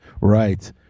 Right